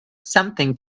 something